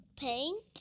paint